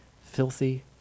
filthy